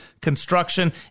construction